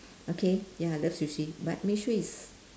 okay ya I love sushi but make sure it's